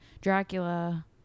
Dracula